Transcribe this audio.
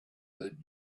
that